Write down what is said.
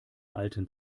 alten